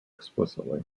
explicitly